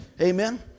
Amen